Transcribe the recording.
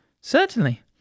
Certainly